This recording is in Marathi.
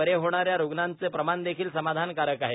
बरे होणाऱ्या रुग्णांचा प्रमाण देखील समाधान कारक आहे